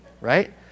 right